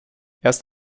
erst